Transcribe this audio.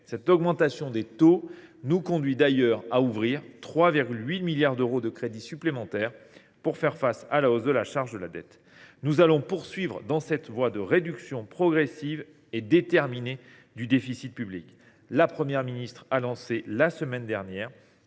Cette augmentation des taux nous conduit d’ailleurs à ouvrir 3,8 milliards d’euros de crédits supplémentaires pour faire face à la hausse de la charge de la dette. Nous allons poursuivre dans cette voie de réduction progressive et déterminée du déficit public. La Première ministre a lancé, la semaine dernière,